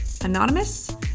anonymous